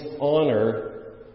honor